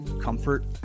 comfort